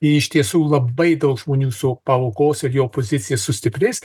iš tiesų labai daug žmonių su paaukos ir jo pozicija sustiprės